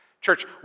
Church